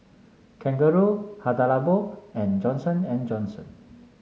Kangaroo Hada Labo and Johnson And Johnson